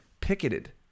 picketed